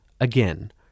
Again